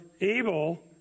able